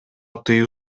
тыюу